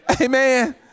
Amen